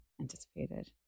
anticipated